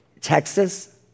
Texas